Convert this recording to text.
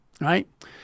Right